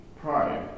pride